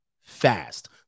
fast